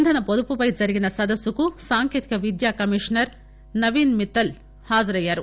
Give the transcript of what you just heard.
ఇంధన పొదుపుపై జరిగిన సదస్సుకు సాంకేతిక విద్య కమిషనర్ నవీస్ మిట్టల్ హాజరయ్యారు